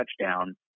touchdown